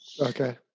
Okay